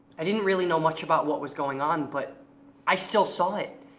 i didn't really know much about what was going on, but i still saw it.